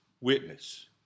witness